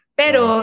pero